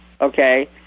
okay